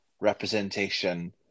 representation